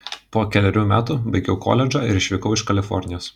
po kelerių metų baigiau koledžą ir išvykau iš kalifornijos